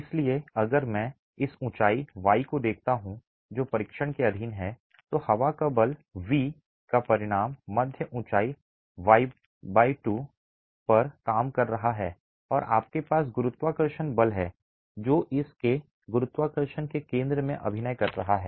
इसलिए अगर मैं इस ऊँचाई y को देखता हूँ जो परीक्षण के अधीन है तो हवा का बल V का परिणाम मध्य ऊँचाई y 2 पर काम कर रहा है और आपके पास गुरुत्वाकर्षण बल है जो इस के गुरुत्वाकर्षण के केंद्र में अभिनय कर रहा है